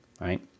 right